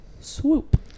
swoop